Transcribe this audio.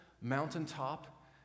mountaintop